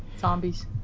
Zombies